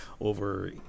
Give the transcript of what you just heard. over